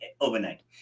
overnight